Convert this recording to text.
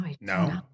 no